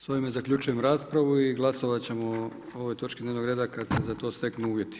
S ovime zaključujem raspravu i glasovati ćemo o ovoj točci dnevnog reda kad se za to steknu uvjeti.